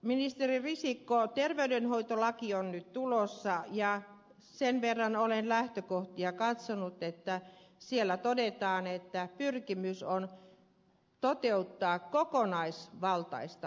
ministeri risikko terveydenhoitolaki on nyt tulossa ja sen verran olen lähtökohtia katsonut että siellä todetaan että pyrkimys on toteuttaa kokonaisvaltaista hoitoa